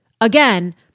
Again